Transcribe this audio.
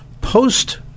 post